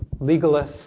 legalists